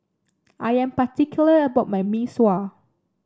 I am particular about my Mee Sua